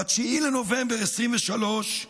ב-9 בנובמבר 2023,